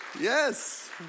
Yes